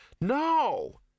No